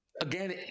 again